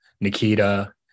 Nikita